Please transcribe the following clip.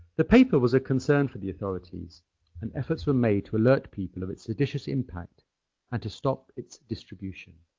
the paper was a concern for the authorities and efforts were made to alert people of its seditious impact and to stop its distribution.